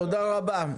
תודה רבה.